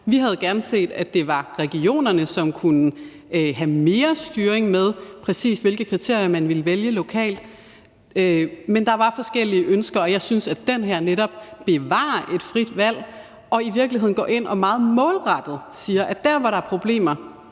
Vi havde gerne set, at det var regionerne, som kunne have mere styring med, præcis hvilke kriterier man ville vælge lokalt. Men der var forskellige ønsker, og jeg synes, at den her netop bevarer et frit valg og i virkeligheden går ind og meget målrettet siger, at der, hvor der er problemer,